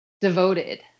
devoted